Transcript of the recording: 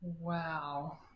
Wow